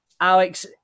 Alex